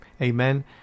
Amen